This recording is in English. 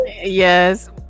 Yes